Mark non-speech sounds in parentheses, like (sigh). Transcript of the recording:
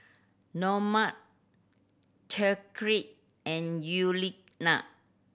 Normand (unintelligible) and Yuliana